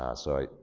um so,